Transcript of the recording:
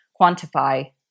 quantify